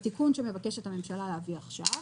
בתיקון שמבקשת הממשלה להביא עכשיו,